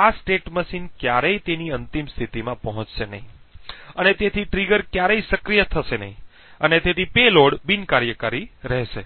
આ state machine ક્યારેય તેની અંતિમ સ્થિતિમાં પહોંચશે નહીં અને તેથી ટ્રિગર ક્યારેય સક્રિય થશે નહીં અને તેથી પેલોડ બિન કાર્યકારી રહેશે